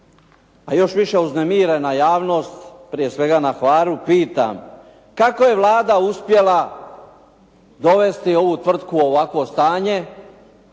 a još više uznemirena javnost, prije svega na Hvaru pitam. Kako je Vlada uspjela dovesti ovu tvrtku u ovakvo stanje